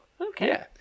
Okay